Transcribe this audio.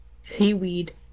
Seaweed